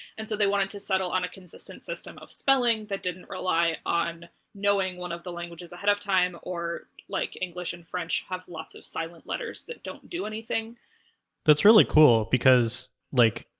and so they wanted to settle on a consistent system of spelling that didn't rely on knowing one of the languages ahead of time. or like, english and french have lots of silent letters that don't do anything. eli that's really cool because, like,